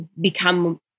become